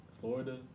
Florida